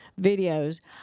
videos